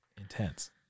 intense